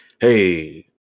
Hey